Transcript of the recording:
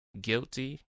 guilty